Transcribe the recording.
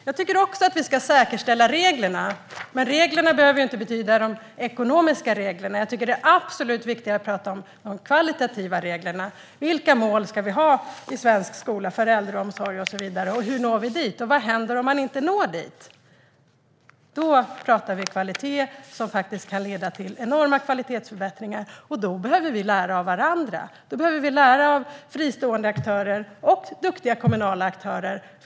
Jag tycker också att vi ska säkerställa reglerna, men reglerna behöver inte betyda de ekonomiska reglerna. Det är absolut viktigare att tala om de kvalitativa reglerna. Vilka mål ska vi ha i svensk skola, för äldreomsorg och så vidare, och hur når vi dit? Och vad händer om vi inte når dit? Då talar vi om något som faktiskt kan leda till enorma kvalitetsförbättringar. Då behöver vi lära av varandra, och då behöver vi lära av fristående aktörer och av duktiga kommunala aktörer.